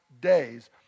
days